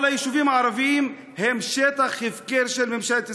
אבל היישובים הערביים הם שטח הפקר של ממשלת ישראל,